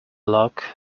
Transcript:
lock